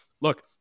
look